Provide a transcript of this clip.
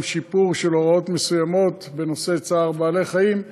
גם שיפור של הוראות מסוימות בנושא צער בעלי-חיים,